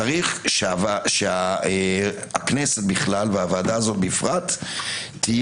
צריך שהכנסת בכלל והוועדה הזו בפרט תהיה